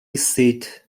seat